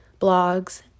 blogs